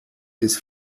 des